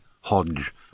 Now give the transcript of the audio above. Hodge